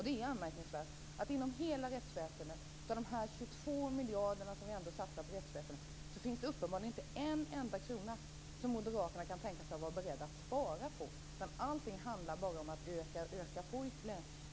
Det är anmärkningsvärt att moderaterna uppenbarligen inte är beredda att spara en enda krona av de 22 miljarder som vi ändå satsar på rättsväsendet. Allting handlar bara om att öka på ytterligare.